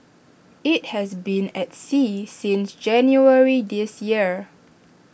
IT has been at sea since January this year